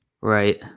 Right